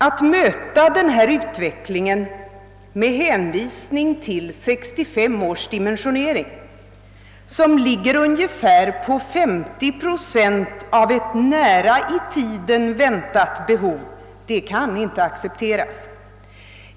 Att möta denna utveckling med hänvisning till 1965 års dimensionering, som ligger på ungefär 50 procent av ett nära i tiden väntat lokalbehov, kan inte accepteras.